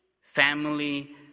family